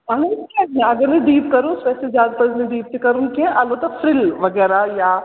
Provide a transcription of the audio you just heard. کیٚنٛہہ اگر سُہ ڈیٖپ کروس سُہ زیادٕ پزِ نہٕ ڈیٖپ تہِ کرُن کیٚنٛہہ البتہ فِرٛل وغیرہ یا